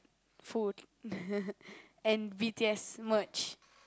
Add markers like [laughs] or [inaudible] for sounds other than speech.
food [laughs] and b_t_s merch